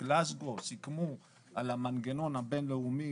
בגלזגו סיכמו על המנגנון הבין-לאומי,